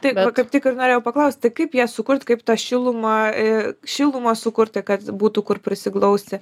tai va kaip tik ir norėjau paklausti tai kaip ją sukurt kaip tą šilumą ė šilumą sukurti kad būtų kur prisiglausti